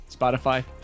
Spotify